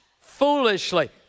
foolishly